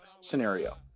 scenario